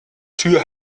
tür